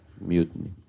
mutiny